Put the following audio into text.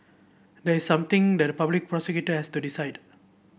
there's something that public prosecutor has to decide